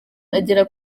agera